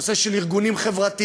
את הנושא של ארגונים חברתיים,